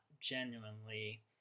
genuinely